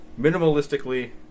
minimalistically